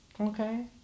okay